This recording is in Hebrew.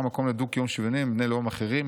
מקום לדו-קיום שוויוני עם בני לאום אחרים,